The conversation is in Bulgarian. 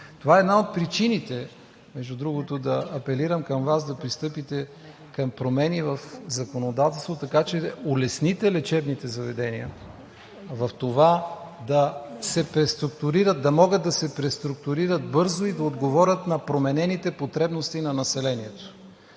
Това е една от причините, между другото, да апелирам към Вас да пристъпите към промени в законодателството, така че да улесните лечебните заведения в това да се преструктурират, да могат да се преструктурират бързо и да отговорят на променените потребности на населението.